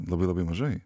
labai labai mažai